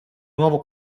nuovo